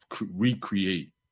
recreate